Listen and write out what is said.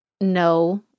no